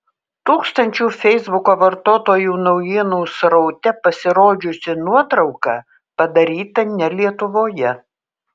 tūkstančių feisbuko vartotojų naujienų sraute pasirodžiusi nuotrauka padaryta ne lietuvoje